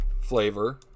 flavor